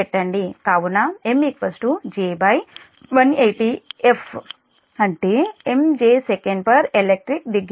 కావున M J180fఅంటే MJ sec elect degree